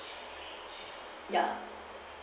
ya